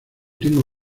tengo